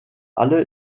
alle